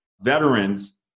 veterans